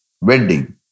wedding